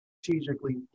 strategically